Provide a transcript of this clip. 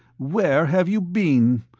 where have you been?